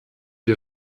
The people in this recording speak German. die